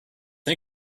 you